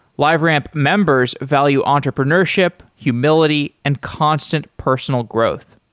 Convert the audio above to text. liveramp members value entrepreneurship, humility and constant personal growth.